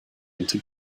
into